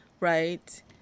Right